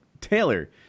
Taylor